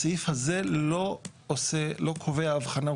הסעיף הזה לא קובע הבחנה,